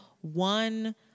one